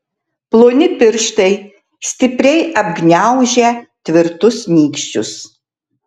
ploni pirštai stipriai apgniaužę tvirtus nykščius